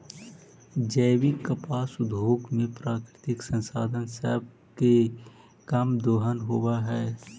जैविक कपास उद्योग में प्राकृतिक संसाधन सब के कम दोहन होब हई